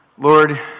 Lord